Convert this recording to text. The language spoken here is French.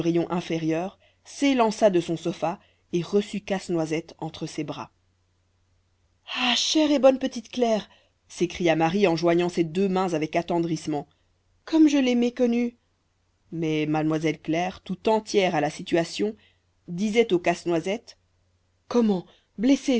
inférieur s'élança de son sofa et reçut casse-noisette entre ses bras ah chère et bonne petite claire s'écria marie en joignant ses deux mains avec attendrissement comme je t'ai méconnue mais mademoiselle claire tout entière à la situation disait au casse-noisette comment blessé